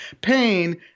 Pain